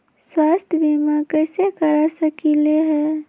स्वाथ्य बीमा कैसे करा सकीले है?